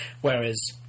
whereas